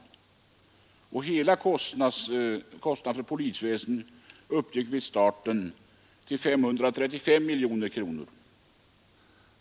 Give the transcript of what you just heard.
Hela kostnaden för polisväsendet uppgick vid starten till 535 miljoner kronor.